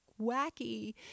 wacky